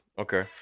Okay